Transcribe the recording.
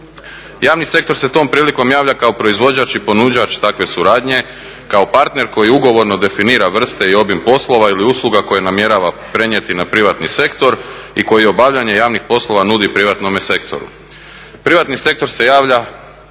Javni sektor se tom prilikom javlja kao proizvođač i ponuđač takve suradnje, kao partner koji ugovorno definira vrste i obim poslova ili usluga koje namjerava prenijeti na privatni sektor i koji obavljanje javnih poslova nudi privatnome sektoru. Privatni sektor se javlja